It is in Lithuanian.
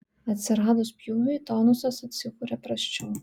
atsiradus pjūviui tonusas atsikuria prasčiau